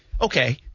okay